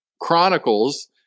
Chronicles